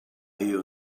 will